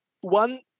One